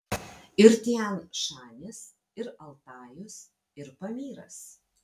ir tian šanis ir altajus ir pamyras